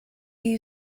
you